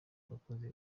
abakozi